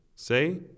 Say